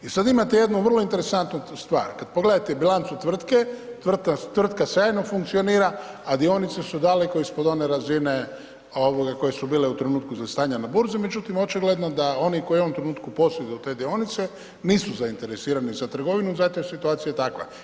I sad imate jednu vrlo interesantnu stvar, kad pogledate bilancu tvrtke, tvrtka sjajno funkcionira, a dionice su daleko ispod one razine ovoga koje su bile u trenutku stanja na burzi, međutim očigledno da oni koji u ovom trenutku posjeduju te dionice nisu zainteresirani za trgovinu zato jer je situacija takva.